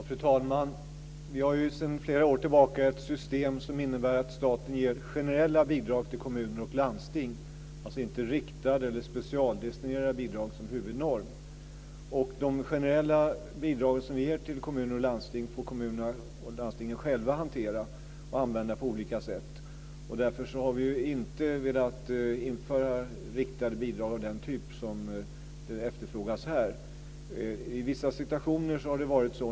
Fru talman! Vi har ju sedan flera år tillbaka ett system som innebär att staten ger generella bidrag till kommuner och landsting, alltså inte riktade eller specialdestinerade bidrag som huvudnorm. De generella bidrag som vi ger till kommuner och landsting får kommunerna och landstingen själva hantera och använda på olika sätt. Därför har vi inte velat införa riktade bidrag av den typ som efterfrågas här. I vissa situationer har det varit så.